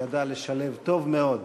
שידע לשלב טוב מאוד